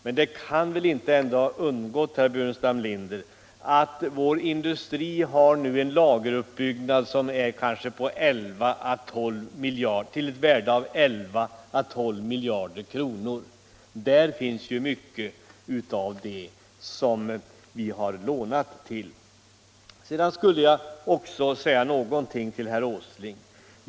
Men det kan väl ändå inte ha undgått herr Burenstam Linder att vår industri har en lageruppbyggnad till ett värde av 11-12 miljarder. Mycket av det vi har lånat upp kan sägas ligga här. Sedan vill jag också säga något till herr Åsling.